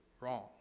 wrong